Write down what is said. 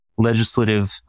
legislative